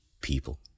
people